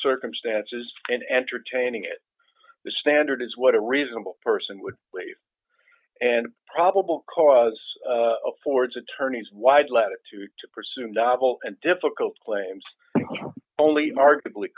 circumstances and entertaining it the standard is what a reasonable person would leave and probable cause affords attorneys wide latitude to pursue novel and difficult claims only mar